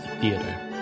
Theater